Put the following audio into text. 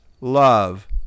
love